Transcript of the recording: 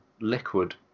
Liquid